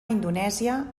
indonèsia